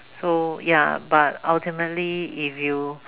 so ya but ultimately if you